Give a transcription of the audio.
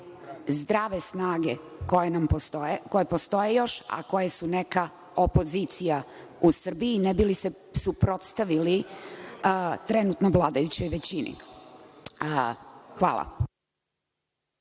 zdrave snage koje postoje još, a koja su neka opozicija u Srbiji ne bi li se suprotstavili trenutno vladajućoj većini. Hvala.